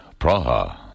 Praha